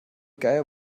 geier